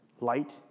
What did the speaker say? Light